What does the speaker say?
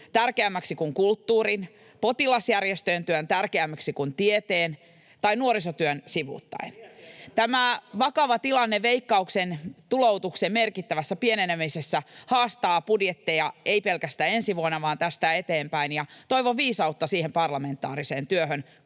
tärkeämmäksi kuin kulttuurin, potilasjärjestöjen työn tärkeämmäksi kuin tieteen, vai sivuuttaako sen nuorisotyö. [Ben Zyskowicz: Tieteeltähän te leikkaatte!] Tämä vakava tilanne Veikkauksen tuloutuksen merkittävässä pienenemisessä haastaa budjetteja, ei pelkästään ensi vuonna vaan tästä eteenpäin, ja toivon viisautta siihen parlamentaariseen työhön.